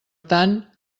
tant